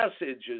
messages